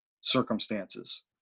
circumstances